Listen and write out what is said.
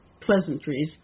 pleasantries